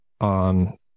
on